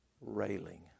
Railing